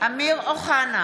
אמיר אוחנה,